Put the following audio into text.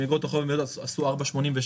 אם איגרות החוב המיועדות עשו 4.86%,